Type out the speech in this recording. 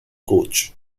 coach